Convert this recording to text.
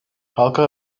halka